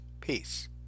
Peace